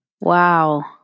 Wow